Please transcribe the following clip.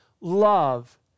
Love